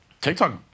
TikTok